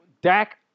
Dak